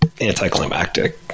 anticlimactic